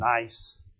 nice